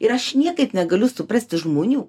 ir aš niekaip negaliu suprasti žmonių